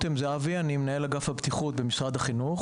אני מנהל אגף הבטיחות במשרד החינוך.